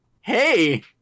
hey